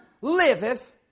liveth